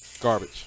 Garbage